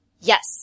Yes